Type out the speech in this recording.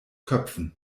köpfen